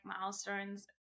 milestones